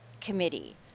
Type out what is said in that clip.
committee